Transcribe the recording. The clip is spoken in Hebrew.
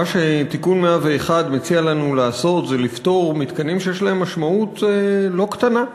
מה שתיקון 101 מציע לנו לעשות זה לפטור מתקנים שיש להם משמעות לא קטנה,